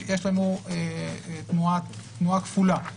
יש לנו תנועה כפולה.